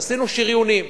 עשינו שריונים: